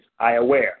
iAware